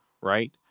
right